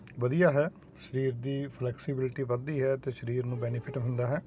ਵਧੀਆ ਹੈ ਸਰੀਰ ਦੀ ਫਲੈਕਸੀਬਿਲਟੀ ਵਧਦੀ ਹੈ ਤੇ ਸਰੀਰ ਨੂੰ ਬੈਨੀਫਿਟ ਹੁੰਦਾ ਹੈ